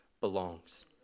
belongs